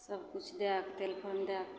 सबकिछु दैके तेल पानी दै